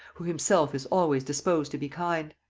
who himself is always disposed to be kind.